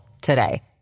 today